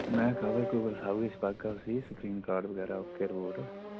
मैं कवर कुबर सब किश पाह्गा उसी स्क्रीन कार्ड बगैरा ओके रपोर्ट